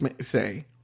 say